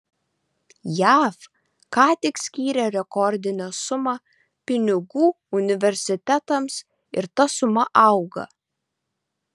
jav ką tik skyrė rekordinę sumą pinigų universitetams ir ta suma auga